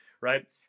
right